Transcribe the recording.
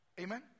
Amen